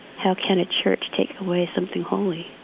how can a church take away something holy?